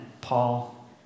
Paul